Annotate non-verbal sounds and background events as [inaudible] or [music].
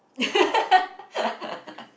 [laughs]